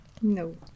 no